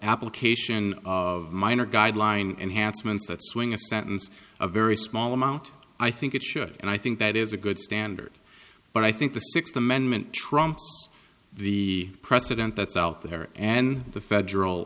application of minor guideline enhancements that swing a sentence a very small amount i think it should and i think that is a good standard but i think the sixth amendment trumps the precedent that's out there and the federal